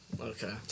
Okay